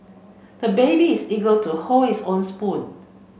the baby is eager to hold its own spoon